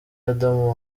adamu